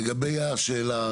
לגבי השאלה,